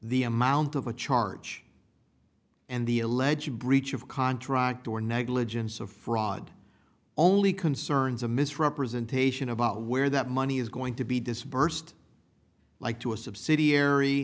the amount of a charge and the alleged breach of contract or negligence of fraud only concerns a misrepresentation about where that money is going to be disbursed like to a subsidiary